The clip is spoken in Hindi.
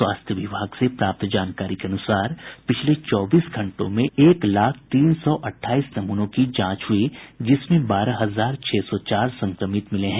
स्वास्थ्य विभाग से प्राप्त जानकारी के अनुसार पिछले चौबीस घंटों में एक लाख तीन सौ अठाईस नमूनों की जांच हुई जिसमें बारह हजार छह सौ चार संक्रमित मिले हैं